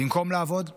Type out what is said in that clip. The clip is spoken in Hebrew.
במקום לעבוד במלצרות.